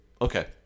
Okay